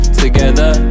together